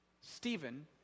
Stephen